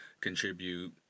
contribute